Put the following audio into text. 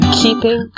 keeping